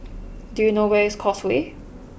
do you know where is Causeway